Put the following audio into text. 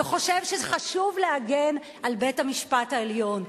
וחושב שחשוב להגן על בית-המשפט העליון,